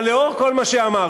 אבל לאור כל מה שאמרתי,